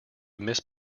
miss